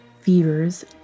fevers